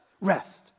rest